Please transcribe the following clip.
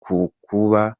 kukuba